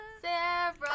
Sarah